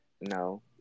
no